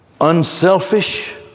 unselfish